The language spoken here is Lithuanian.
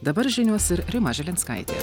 dabar žinios ir rima žilinskaitė